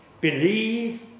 believe